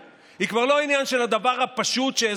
היא כבר לא עניין של צדק סוציאלי,